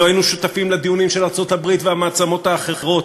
אילו היינו שותפים לדיונים של ארצות-הברית והמעצמות האחרות